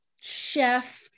chef